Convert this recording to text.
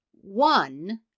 one